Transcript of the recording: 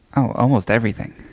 almost everything.